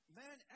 man